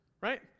right